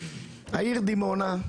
העיר דימונה,